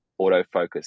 autofocus